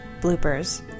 bloopers